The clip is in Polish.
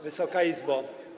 Wysoka Izbo!